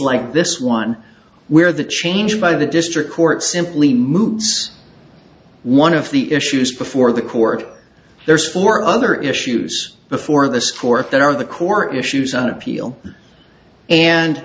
like this one where the change by the district court simply moves one of the issues before the court there is four other issues before the so forth that are the core issues on appeal and